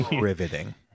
riveting